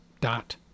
dot